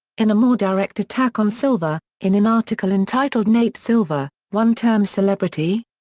in a more direct attack on silver, in an article entitled nate silver one-term celebrity?